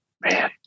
Man